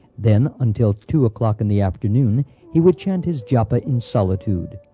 then, until two o'clock in the afternoon he would chant his japa in solitude,